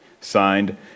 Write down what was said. Signed